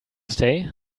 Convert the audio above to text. stay